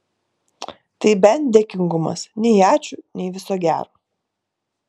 tai bent dėkingumas nei ačiū nei viso gero